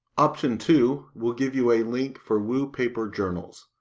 option two will give you a link for wou paper journals.